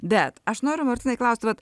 bet aš noriu martynai klaust vat